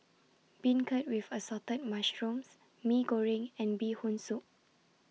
Beancurd with Assorted Mushrooms Mee Goreng and Bee Hoon Soup